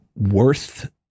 worth